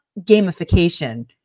gamification